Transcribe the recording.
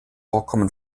vorkommen